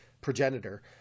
progenitor